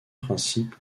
principe